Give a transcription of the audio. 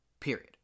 Period